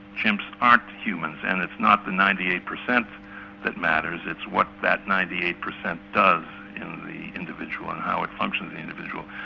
chimps aren't humans, and it's not the ninety eight percent that matters, it's what that ninety eight percent does in the individual and how it functions in the individual.